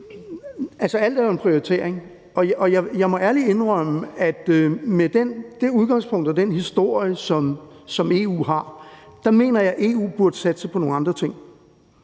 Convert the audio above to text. alt er jo en prioritering, og jeg må ærligt indrømme, at med det udgangspunkt og den historie, som EU har, mener jeg, at EU burde satse på nogle andre ting.